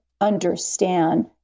understand